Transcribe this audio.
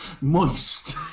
Moist